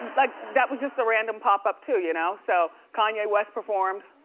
like that was just a random pop-up too. you know so kanye west performed